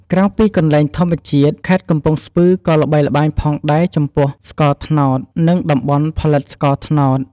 ក្រៅពីកន្លែងធម្មជាតិ ខេត្តកំពង់ស្ពឺក៏ល្បីល្បាញផងដែរចំពោះ ស្ករត្នោត និងតំបន់ផលិតស្ករត្នោត។